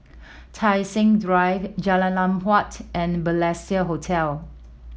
Tai Seng Drive Jalan Lam Huat and Balestier Hotel